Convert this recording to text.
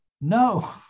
No